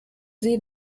sie